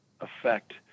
affect